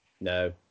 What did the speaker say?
No